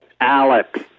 Alex